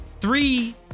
three